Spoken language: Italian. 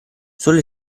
solo